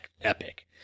epic